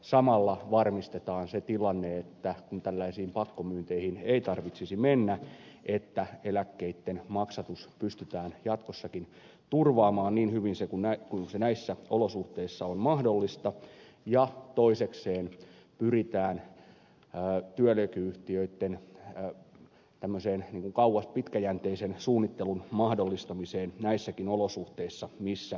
samalla varmistetaan se tilanne että kun tällaisiin pakkomyynteihin ei tarvitsisi mennä eläkkeitten maksatus pystytään jatkossakin turvaamaan niin hyvin kuin se näissä olosuhteissa on mahdollista ja toisekseen pyritään työeläkeyhtiöitten pitkäjänteisen suunnittelun mahdollistamiseen näissäkin olosuhteissa joissa ollaan